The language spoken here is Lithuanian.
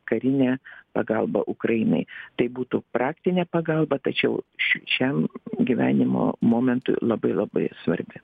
karinę pagalbą ukrainai tai būtų praktinė pagalba tačiau šiam gyvenimo momentui labai labai svarbi